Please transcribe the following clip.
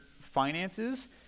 finances